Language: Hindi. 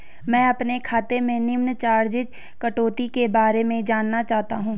मैं अपने खाते से निम्न चार्जिज़ कटौती के बारे में जानना चाहता हूँ?